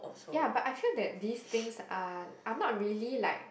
ya but I feel that these things are are not really like